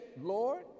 lord